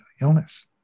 illness